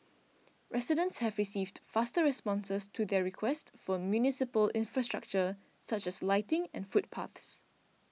residents have received faster responses to their requests for municipal infrastructure such as lighting and footpaths